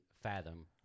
fathom